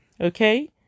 Okay